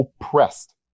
oppressed